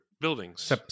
buildings